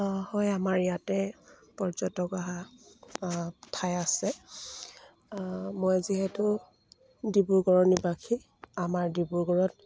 হয় আমাৰ ইয়াতে পৰ্যটক অহা ঠাই আছে মই যিহেতু ডিব্ৰুগড়ৰ নিবাসী আমাৰ ডিব্ৰুগড়ত